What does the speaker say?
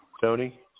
Tony